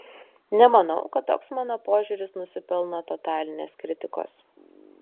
nemanau kad toks mano požiūris nusipelno totalinės kritikos